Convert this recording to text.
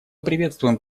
приветствуем